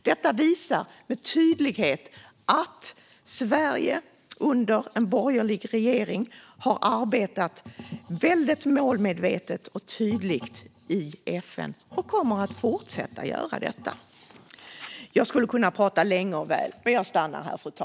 Detta visar med tydlighet att Sverige under borgerlig regering har arbetat väldigt målmedvetet och tydligt i FN och kommer att fortsätta göra detta.